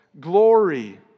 glory